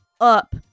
up